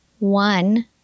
one